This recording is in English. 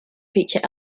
feature